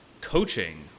coaching